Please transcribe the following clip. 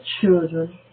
children